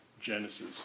Genesis